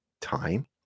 time